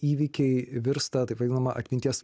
įvykiai virsta taip vadinama atminties